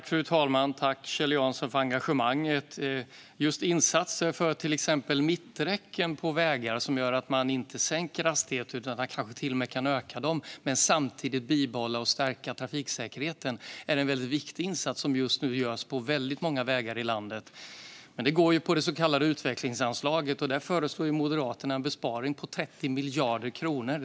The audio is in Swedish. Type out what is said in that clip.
Fru talman! Tack, Kjell Jansson, för engagemanget! Just insatser för till exempel mitträcken på vägar, som gör att man inte sänker hastigheterna utan kanske till och med kan öka dem men samtidigt bibehålla och stärka trafiksäkerheten, är en väldigt viktig insats som just nu görs på väldigt många vägar i landet. Detta går på det så kallade utvecklingsanslaget, och där föreslår ju Moderaterna en besparing på 30 miljarder kronor.